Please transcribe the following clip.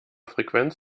frequenz